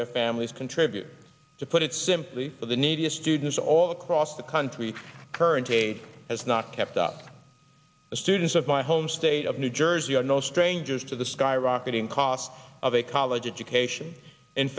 their families contributed to put it simply for the neediest students all across the country current aid has not kept up the students of my home state of new jersey are no strangers to the skyrocketing cost of a college education in